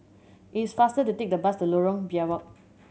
it is faster to take the bus to Lorong Biawak